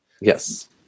yes